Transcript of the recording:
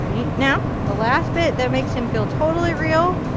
i mean now, the last bit that makes him feel totally real.